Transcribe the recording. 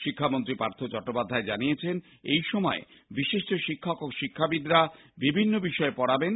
শিক্ষামন্ত্রী পার্থ চট্টোপাধ্যায় জানিয়েছেন এই সময়ে বিশিষ্ট শিক্ষক ও শিক্ষাবিদরা বিভিন্ন বিষয়ে পড়াবেন